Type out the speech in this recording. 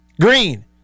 Green